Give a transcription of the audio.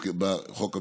חוק המסגרת.